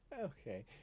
Okay